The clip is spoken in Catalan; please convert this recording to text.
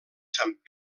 sant